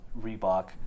Reebok